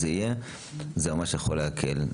זה יכול להקל מאוד.